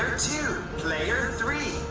two, player three,